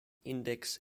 index